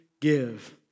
give